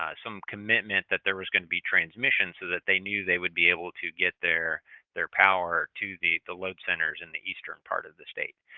ah some commitment that there was going to be transmission so that they knew they would be able to get their power to the the load centers in the eastern part of the state.